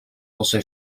also